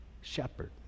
shepherd